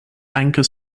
anchor